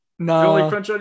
No